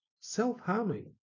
self-harming